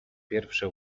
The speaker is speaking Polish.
pierwsze